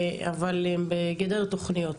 אבל הם בגדר תכניות.